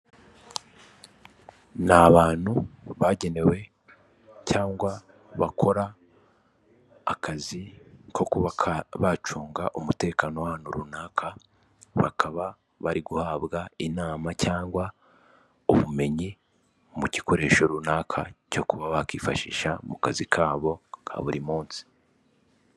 Ni abantu bagenewe cyangwa bakora akazi ko kuba ka bacunga umutekano w'ahantu runaka, bakaba bari guhabwa inama cyangwa ubumenyi, mu gikoresho runaka cyo kuba wakifashisha mu kazi kabo ka buri munsi.